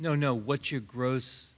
no no what you gross